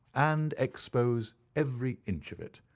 and expose every inch of it.